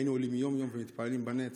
היינו עולים יום-יום ומתפללים בהנץ,